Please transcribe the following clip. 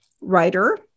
writer